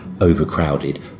overcrowded